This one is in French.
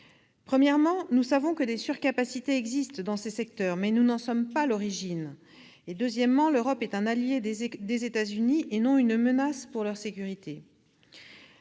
Certes, nous savons que des surcapacités existent dans ces secteurs, mais nous n'en sommes pas l'origine. En outre, l'Europe est un allié des États-Unis et non une menace pour leur sécurité.